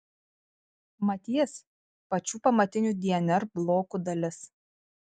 mat jis pačių pamatinių dnr blokų dalis